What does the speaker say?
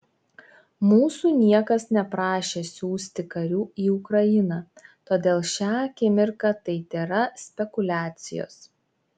mūsų niekas neprašė siųsti karių į ukrainą todėl šią akimirką tai tėra spekuliacijos